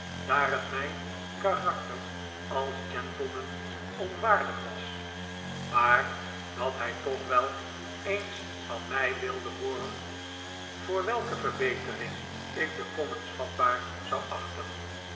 daar het mijn karakter als gentleman onwaardig was maar dat hij toch wel eens van mij wilde hooren voor welke verbetering ik de commons vatbaar zou achten